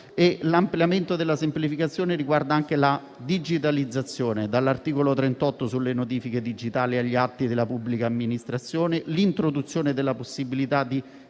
L'ampliamento della semplificazione riguarda anche la digitalizzazione: dall'articolo 38 sulle notifiche digitale agli atti della pubblica amministrazione. Vi sarà l'introduzione della possibilità di